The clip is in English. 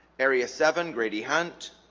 area seven grady hunt